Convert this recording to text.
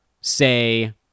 say